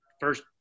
first